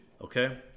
okay